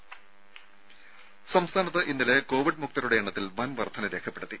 രുര സംസ്ഥാനത്ത് ഇന്നലെ കോവിഡ് മുക്തരുടെ എണ്ണത്തിൽ വൻ വർദ്ധന രേഖപ്പെടുത്തി